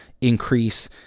increase